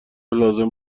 لازم